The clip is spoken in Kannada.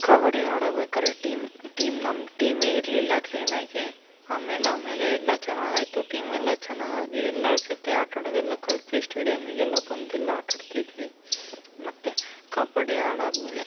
ಕಬಡ್ಡಿ ಆಡಬೇಕಾದ್ರೆ ಟೀಮ್ ಟೀಮ್ ನಮ್ಮ ಟೀಮೇ ಇರಲಿಲ್ಲ ಕ್ಲೀನಾಗಿ ಆಮೇಲೆ ಆಮೇಲೆ ಎಲ್ಲ ಚೆನ್ನಾಗಾಯ್ತು ಟೀಮ್ ಎಲ್ಲ ಚೆನ್ನಾಗಾಗಿ ಎಲ್ಲರ ಜೊತೆ ಆಟ ಆಡೋದೆಲ್ಲ ಕಲಿತ್ವಿ ಸ್ಟೇಡಿಯಮ್ಮಿಗೆಲ್ಲ ಬಂದು ಎಲ್ಲ ಆಟಾಡ್ತಿದ್ವಿ ಮತ್ತು ಕಬಡ್ಡಿ ಆಡಾದ ಮೇಲೆ